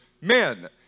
men